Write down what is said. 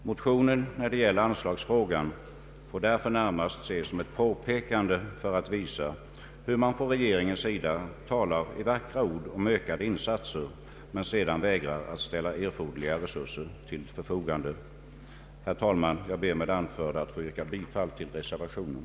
Motionen bör därför beträffande anslagsfrågan närmast ses som ett påpekande för att visa hur regeringen talar i vackra ord om ökade insatser men sedan vägrar att ställa erforderliga resurser till förfogande. Herr talman! Jag ber med det anförda få yrka bifall till reservationen.